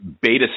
beta